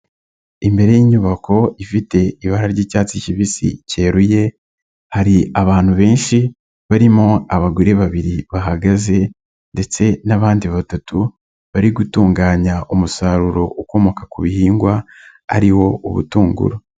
Imbere y'inyubako ifite ibara ry'icyatsi kibisi cyeruye, hari abantu benshi barimo abagore babiri bahagaze ndetse n'abandi batatu bari gutunganya umusaruro ukomoka ku bihingwa, ari wo ubutunguru.